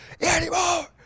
anymore